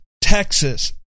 Texas